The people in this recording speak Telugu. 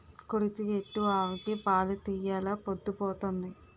కుడితి ఎట్టు ఆవుకి పాలు తీయెలా పొద్దు పోతంది